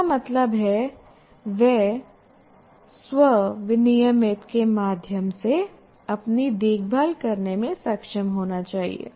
इसका मतलब है वह स्व विनियमित के माध्यम से अपनी देखभाल करने में सक्षम होना चाहिए